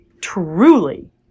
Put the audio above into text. truly